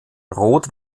rot